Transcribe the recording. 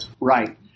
Right